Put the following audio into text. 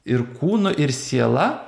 ir kūnu ir siela